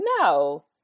No